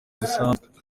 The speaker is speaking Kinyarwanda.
zisanzwe